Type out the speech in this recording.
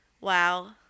wow